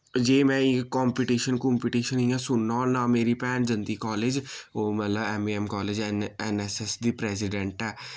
जे मैं एह् competition competition इय्यां सुनना होन्ना मेरी भैन जन्दी कालेज ओह् मतलब एमएएम कालेज एनएसएस दी प्रेसिडैंट ऐ